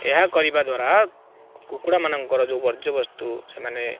ଏହା କରିବା ଦ୍ୱାରା କୁକୁଡ଼ାମାନଙ୍କର ଯେଉଁ ବର୍ଯ୍ୟବସ୍ତୁ ସେମାନେ